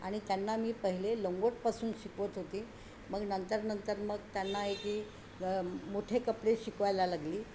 आणि त्यांना मी पहिले लोंगोटपासून शिकवत होते मग नंतर नंतर मग त्यांना आहे की मोठे कपडे शिकवायला लागली